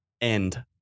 end